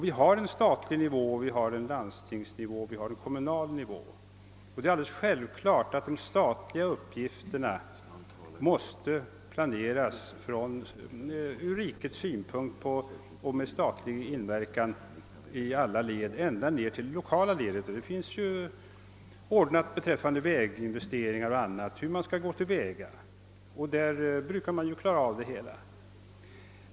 Vi har en statlig nivå, en landstingsnivå och en kommunal nivå, och det är alldeles självklart att de statliga uppgifterna måste planeras ur rikets synpunkt och med statlig inverkan i alla led ända ned till det lokala. Beträffande t.ex. väginvesteringar finns det en ordning för hur man skall gå till väga, och man brukar klara av den saken.